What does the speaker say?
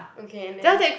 okay and then